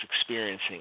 experiencing